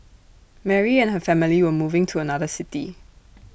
Mary and her family were moving to another city